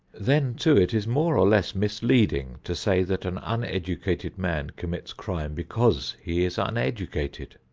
then too it is more or less misleading to say that an uneducated man commits crime because he is uneducated.